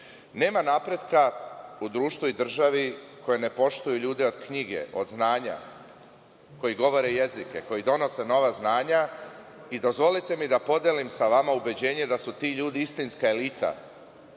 Nema napretka u društvu i državi koje ne poštuju ljude od knjige, od znanja, koji govore jezike, koji donose nova znanja i dozvolite mi da podelim sa vama ubeđenje da su ti ljudi istinska elita